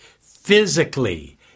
physically